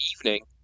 evening